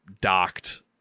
docked